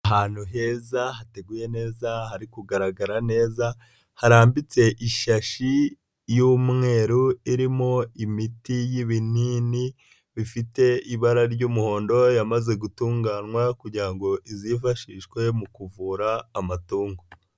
Ahantu heza, hateguye neza, hari kugaragara neza, harambitse ishyashi y'umweru, irimo imiti y'ibinini bifite ibara ry'umuhondo, yamaze gutunganywa kugira ngo izifashishwe mu kuvura amatungo.